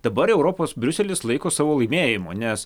dabar europos briuselis laiko savo laimėjimu nes